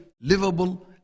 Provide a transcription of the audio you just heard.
livable